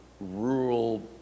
rural